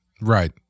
Right